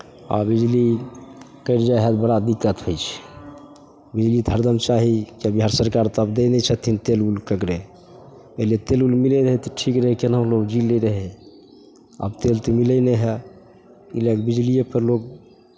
आ बिजली के जे हइ बड़ा दिक्कत होइ छै बिजली तऽ हरदम चाही चाहे बिहार सरकार तब दए नहि छथिन तेल उलके पहिले तेल उल मिलैत रहय तऽ ठीक रहय केनाहू लोक जी लै रहै आब तेल तऽ मिलै नहि हइ ई लए कऽ बिजलिएपर लोक